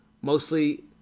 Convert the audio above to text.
mostly